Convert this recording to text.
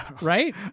right